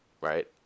right